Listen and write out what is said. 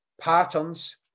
patterns